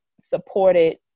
supported